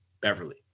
Beverly